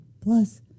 plus